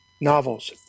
novels